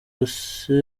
byose